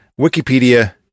Wikipedia